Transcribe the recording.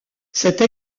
cette